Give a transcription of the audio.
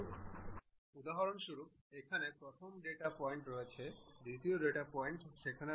সুতরাং আমরা এখানে ট্যাংগেন্ট নির্বাচন করব এবং ক্লিক করব